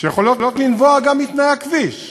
שיכולות לנבוע גם מתנאי הכביש,